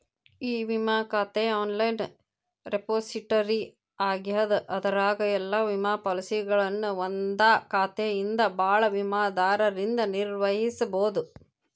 E ವಿಮಾ ಖಾತೆ online repository ಆಗ್ಯದ ಅದರಾಗ ಎಲ್ಲಾ ವಿಮಾ ಪಾಲಸಿಗಳನ್ನ ಒಂದಾ ಖಾತೆಯಿಂದ ಭಾಳ ವಿಮಾದಾರರಿಂದ ನಿರ್ವಹಿಸಬೋದು